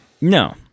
No